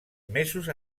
mesos